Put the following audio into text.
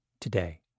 today